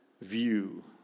view